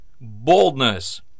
boldness